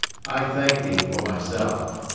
i thank thee for myself.